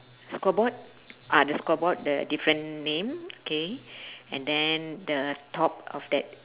scoreboard ah the scoreboard the different name K and then the top of that